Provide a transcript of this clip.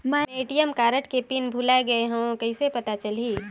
मैं ATM card के PIN भुलाए गे हववं कइसे पता चलही?